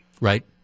Right